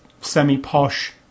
Semi-posh